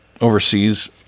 overseas